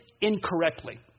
incorrectly